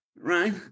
Right